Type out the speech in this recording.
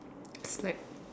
it's like